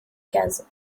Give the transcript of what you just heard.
cases